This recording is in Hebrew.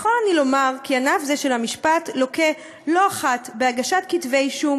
יכול אני לומר כי ענף זה של המשפט לוקה לא אחת בהגשת כתבי אישום